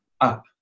up